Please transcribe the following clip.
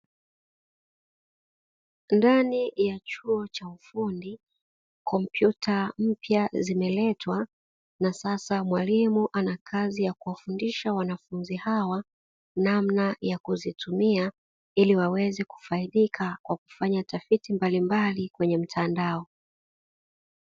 Ndani ya chuo cha ufundi, kompyuta mpya zimeletwa na sasa mwalimu ana kazi ya kuwafundisha wanafunzi hawa namna ya kuzitumia ili waweze kufaidika kwa kufanya tafiti mbalimbali kwenye mtandao.